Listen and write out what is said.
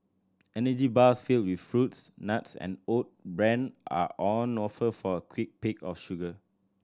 energy bars filled with fruits nuts and oat bran are on offer for a quick pick of sugar